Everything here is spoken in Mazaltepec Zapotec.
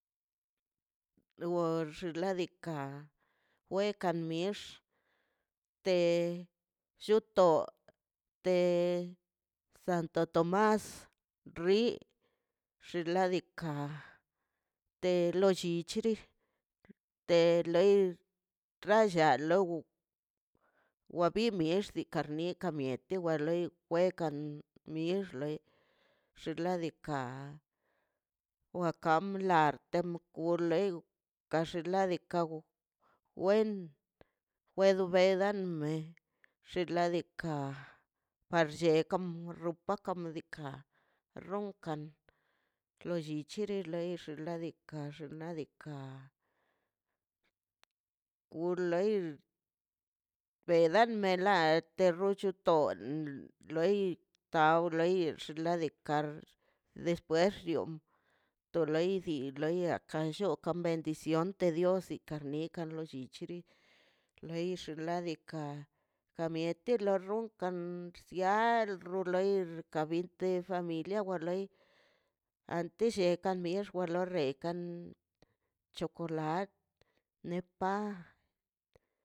Lor xinladika we kan mix te lluto te santo tomas rri xinladika te lo llichiri te lei ralla logo wa bi mix li ka ni ka mieti igual loi wekan mix le xinladika wekam rlat wm kulei kan xinladika go wen welbeda en me xinladika para llekan kam ropa kam ladika ronkan lo llichiri leix ladika xnaꞌ diikaꞌ kulei belam me la te rochoto um loi tai loi xinladikar despuexion to lei di leida kan llota bendición antes dios ikar nika lollichi leix ladika kamieti lo rrikan sia war loi ka bite familia war loi ante lleka mier xewa lekan chocolat nepa.